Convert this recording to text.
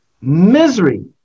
Misery